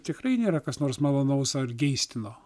tikrai nėra kas nors malonaus ar geistino